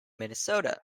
minnesota